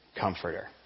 comforter